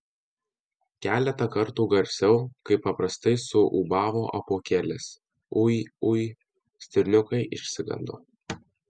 keletą kartų garsiau kaip paprastai suūbavo apuokėlis ui ui stirniukai išsigando